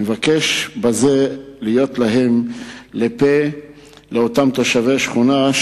אני מבקש בזה להיות לפה לתושבי השכונה,